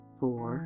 four